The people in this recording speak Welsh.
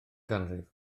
ganrif